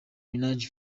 minaj